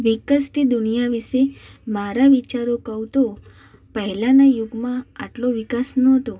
વિકસતી દુનિયા વિશે મારા વિચારો કહુ તો પહેલાંના યુગમાં આટલો વિકાસ નહોતો